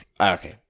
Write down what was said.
Okay